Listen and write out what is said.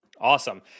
Awesome